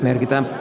merkitään